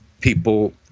people